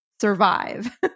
survive